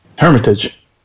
Hermitage